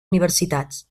universitats